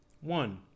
One